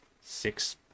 Six